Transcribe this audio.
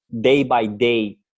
day-by-day